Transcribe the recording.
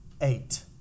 eight